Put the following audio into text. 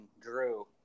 Drew